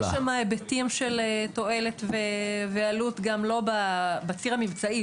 יש שם היבטים של תועלת ועלות גם בציר המבצעי,